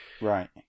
Right